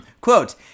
Quote